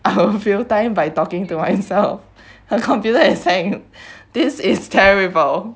I will fill time by talking to myself her computer is hang this is terrible